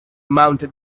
mounted